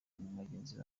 mugenzi